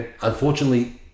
Unfortunately